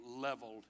leveled